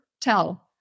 tell